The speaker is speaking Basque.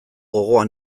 gogoa